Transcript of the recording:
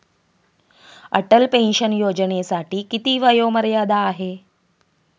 Atal pension योजनेसाठी किती वयोमर्यादा आहे?